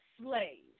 slaves